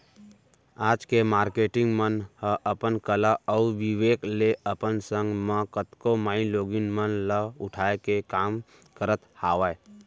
आज के मारकेटिंग मन ह अपन कला अउ बिबेक ले अपन संग म कतको माईलोगिन मन ल उठाय के काम करत हावय